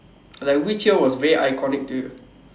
like which year was way iconic to you